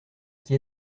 qui